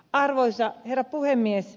arvoisa herra puhemies